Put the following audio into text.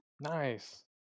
Nice